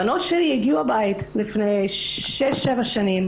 הבנות שלי הגיעו הביתה לפני שש-שבע שנים